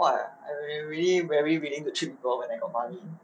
!wah! I really very willing to treat people when I got money